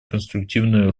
конструктивную